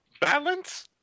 Balance